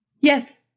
yes